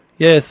Yes